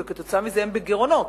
וכתוצאה מזה הם בגירעונות,